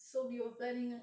so we were planning